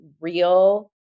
real